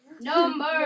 Number